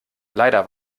leider